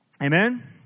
Amen